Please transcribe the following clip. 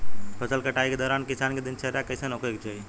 फसल कटाई के दौरान किसान क दिनचर्या कईसन होखे के चाही?